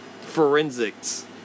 forensics